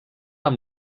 amb